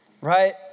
Right